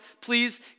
please